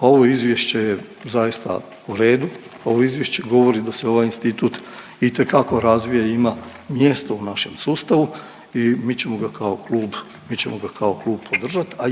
ovo Izvješće je zaista u redu, ovo Izvješće govori da se ovaj institut itekako razvija i ima mjesto u našem sustavu i mi ćemo ga kao klub, mi ćemo ga kao klub podržati, a